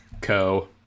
Co